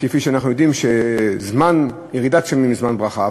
וכפי שאנחנו יודעים, ירידת גשמים היא זמן ברכה.